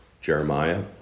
Jeremiah